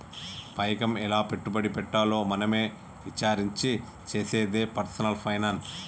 పైకం ఎలా పెట్టుబడి పెట్టాలో మనమే ఇచారించి చేసేదే పర్సనల్ ఫైనాన్స్